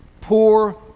poor